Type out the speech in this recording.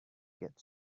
get